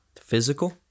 physical